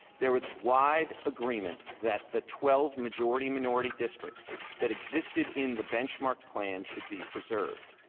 there was wide agreement that the twelve majority-minority districts that existed in the benchmark plan should be preserved,